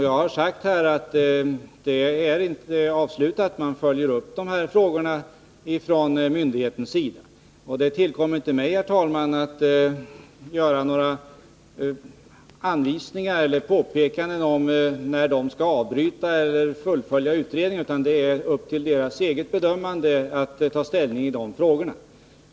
Jag har sagt att arbetet inte är avslutat, och det tillkommer inte mig att göra några påpekanden om när utredningar skall avbrytas eller fullföljas, utan det är myndigheterna själva som har att ta ställning.